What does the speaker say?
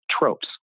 tropes